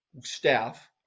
staff